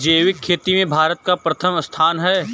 जैविक खेती में भारत का प्रथम स्थान है